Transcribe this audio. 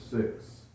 six